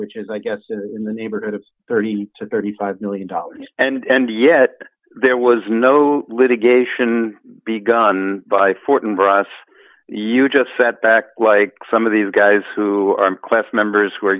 which is i guess in the neighborhood of thirty to thirty five million dollars and yet there was no litigation begun by fortan for us you just set back like some of these guys who are in class members who are